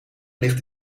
ligt